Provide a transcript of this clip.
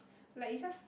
like it just